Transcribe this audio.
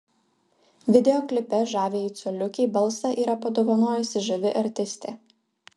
video klipe žaviajai coliukei balsą yra padovanojusi žavi artistė